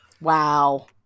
Wow